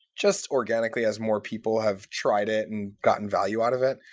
just organically, as more people have tried it and gotten value out of it.